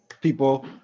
People